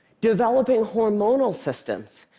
developing hormonal systems,